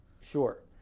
Sure